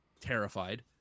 terrified